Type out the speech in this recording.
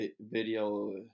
video